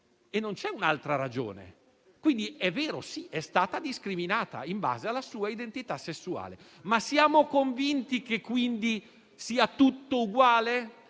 e non c'è un'altra ragione; quindi, è vero, è stata discriminata in base alla sua identità sessuale. Ma siamo convinti che sia tutto uguale,